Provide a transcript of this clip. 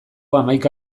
hamaika